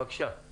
בבקשה.